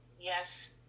yes